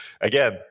again